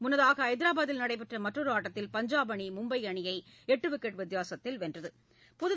முன்னதாக ஹைதராபாதில் நடைபெற்ற மற்றொரு ஆட்டத்தில் பஞ்சாப் அணி மும்பை அணியை எட்டு விக்கெட் வித்தியாசத்தில் வென்றது